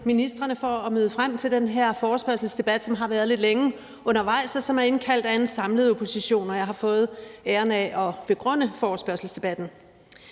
for at møde op til den her forespørgselsdebat, som har været lidt længe undervejs, og som der er blevet indkaldt til af en samlet opposition. Jeg har fået æren af at begrunde forespørgselsdebatten.